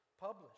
published